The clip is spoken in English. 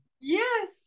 Yes